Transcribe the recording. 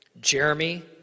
Jeremy